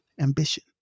Ambition